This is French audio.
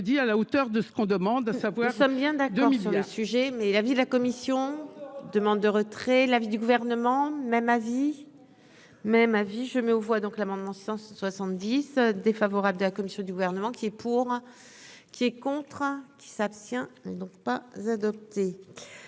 à la hauteur de ce qu'on demande à savoir. Comme bien d'adoption, le sujet, mais la vie, la commission demande de retrait, l'avis du gouvernement, même avis. Même avis je mets aux voix donc l'amendement 170 défavorable de la commission du gouvernement qui. Pour qui est contre qui s'abstient donc pas adoptée.